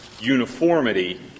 uniformity